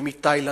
מתאילנד,